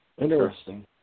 Interesting